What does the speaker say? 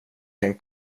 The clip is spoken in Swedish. kan